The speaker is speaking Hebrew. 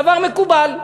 דבר מקובל.